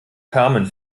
carmen